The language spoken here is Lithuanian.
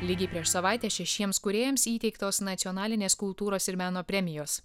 lygiai prieš savaitę šešiems kūrėjams įteiktos nacionalinės kultūros ir meno premijos